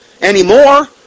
Anymore